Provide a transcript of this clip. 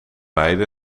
beide